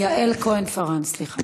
כהן-פארן.